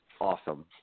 awesome